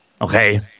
Okay